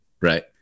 right